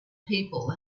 people